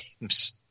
games